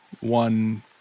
one